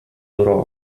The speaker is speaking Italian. loro